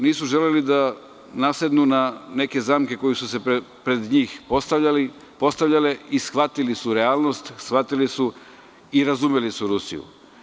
Nisu želeli da nasednu na neke zamke koje su se pred njih postavljale i shvatili su realnost, shvatili su i razumeli su Rusiju.